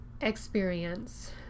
experience